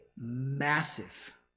massive